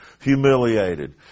humiliated